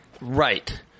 Right